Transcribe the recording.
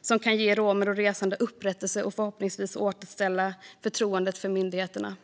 som kan ge romer och resande upprättelse och förhoppningsvis återställa förtroendet för myndigheterna.